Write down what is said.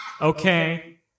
Okay